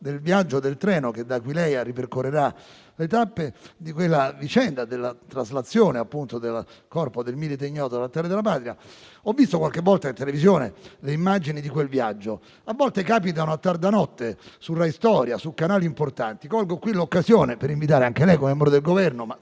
del viaggio del treno che da Aquileia ripercorrerà le tappe della traslazione del corpo del Milite ignoto all'Altare della Patria - mi è venuta un'idea. Ho visto qualche volta in televisione le immagini di quel viaggio; a volte capitano a tarda notte, su Rai Storia, su canali importanti. Colgo l'occasione per invitare anche lei, come membro del Governo,